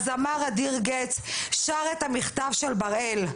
הזמר אדיר גץ שר את המכתב של בראל.